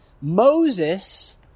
Moses